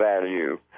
value